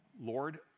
Lord